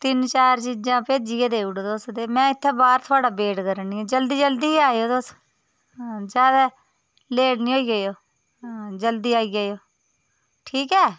तिन्न चार चीज़ां भेजी गै देई ओड़ो तुस ते में इ'त्थें बाह्र थुआढ़ा वेट करानी आं जल्दी जल्दी गै आयो तुस अ जादै लेट निं होई जायो अ जल्दी आई जायो ठीक ऐ